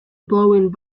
blowing